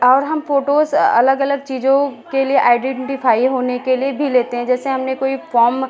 और हम फ़ोटोज़ अलग अलग चीज़ों के लिए आइडेंटीफ़ाई होने के लिए भी लेते हैं जैसे हमने कोई फ़ॉम